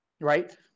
right